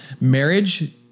Marriage